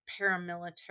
paramilitary